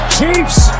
Chiefs